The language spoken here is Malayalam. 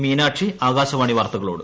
മീനാക്ഷി ആകാശവാണി വാർത്തകളോട്